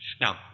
Now